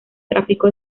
tráfico